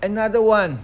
another one